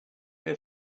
get